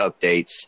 updates